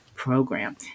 program